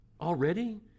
already